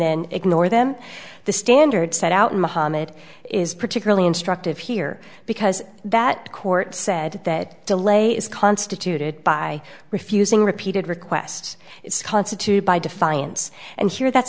then ignore them the standard set out mohamed is particularly instructive here because that court said that delay is constituted by refusing repeated requests it's constitute by defiance and here that's